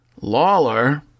Lawler